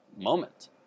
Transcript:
moment